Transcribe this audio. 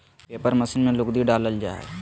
paper machine में लुगदी डालल जा हय